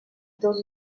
dans